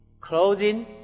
clothing